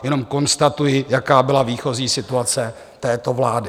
Jenom konstatuji, jaká byla výchozí situace této vlády.